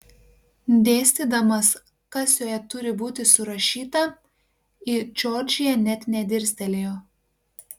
dėstydamas kas joje turi būti surašyta į džordžiją net nedirstelėjo